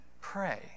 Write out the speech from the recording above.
pray